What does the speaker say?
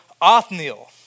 Othniel